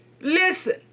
Listen